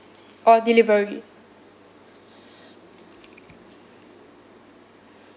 or delivery